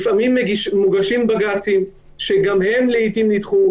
לפעמים מוגשים בג"צים שגם הם לעתים נדחו.